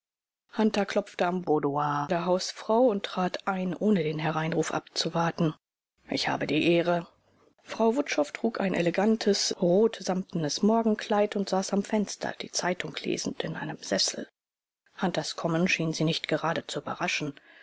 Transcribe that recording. hunter klopfte am boudoir der hausfrau und trat ein ohne den hereinruf abzuwarten ich habe die ehre frau wutschow trug ein elegantes rotsamtenes morgenkleid und saß am fenster die zeitung lesend in einem sessel hunters kommen schien sie nicht gerade zu überraschen